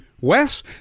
Wes